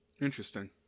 Interesting